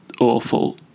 Awful